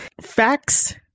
facts